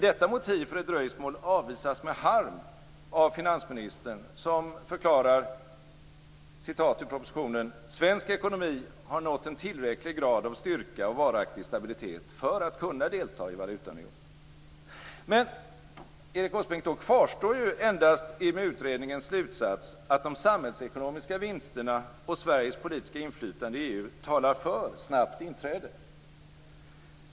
Detta motiv för ett dröjsmål avvisas med harm av finansministern, som förklarar i propositionen att "svensk ekonomi har nått en tillräcklig grad av styrka och varaktig stabilitet för att kunna delta i valutaunionen". Men då kvarstår ju endast EMU-utredningens slutsats att de samhällsekonomiska vinsterna och Sveriges politiska inflytande i EU talar för snabbt inträde.